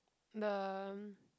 the